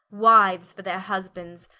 wiues for their husbands,